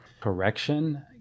correction